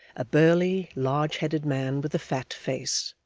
a burly, large-headed man with a fat face,